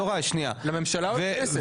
לממשלה או לכנסת?